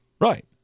Right